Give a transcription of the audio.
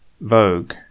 Vogue